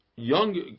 young